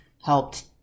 helped